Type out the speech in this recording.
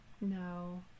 no